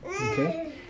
Okay